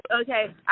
Okay